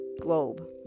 globe